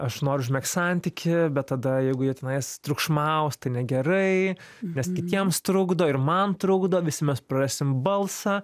aš noriu užmegzt santykį bet tada jeigu jie tenais triukšmaus tai negerai nes kitiems trukdo ir man trukdo visi mes prarasim balsą